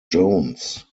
jones